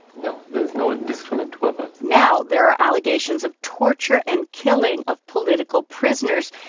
no, there are no indiscriminate weapons. now there are allegations of torture and killing of political prisoners,